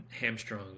hamstrung